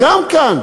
גם כאן,